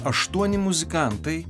aštuoni muzikantai